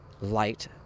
light